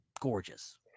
gorgeous